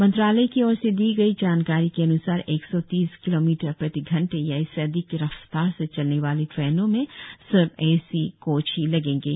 मंत्रालय की ओर से दी गयी जानकारी के अन्सार एक सौ तीस किलोमीटर प्रति घंटे या इससे अधिक की रफ्तार से चलने वाली ट्रेनों में सिर्फ एसी कोच ही लगेंगे